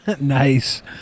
Nice